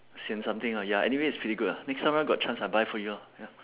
saint something ah ya anyway it's pretty good lah next time round got chance I buy for you ah ya